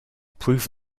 prove